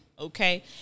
Okay